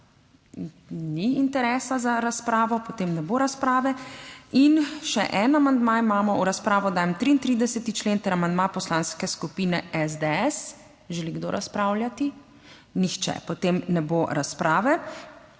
Ni interesa za razpravo, potem ne bo razprave. In še en amandma imamo: v razpravo dajem 33. člen ter amandma Poslanske skupine SDS. Želi kdo razpravljati? Nihče. Potem ne bo razprave.